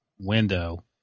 window